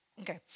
Okay